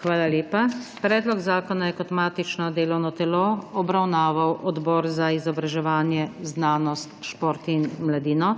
Hvala lepa. Predlog zakona je kot matično delovno telo obravnaval Odbor za izobraževanje, znanost, šport in mladino.